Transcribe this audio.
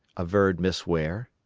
averred miss ware.